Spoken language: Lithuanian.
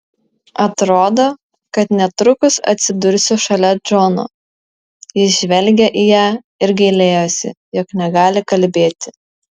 atrodo kad netrukus atsidursiu šalia džono jis žvelgė į ją ir gailėjosi jog negali kalbėti